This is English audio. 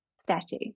statue